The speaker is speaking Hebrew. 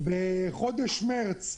בחודש מרץ,